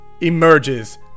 emerges